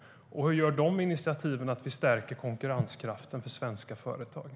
Och hur gör de initiativen att vi stärker konkurrenskraften för svenska företag?